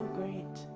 great